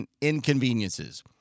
inconveniences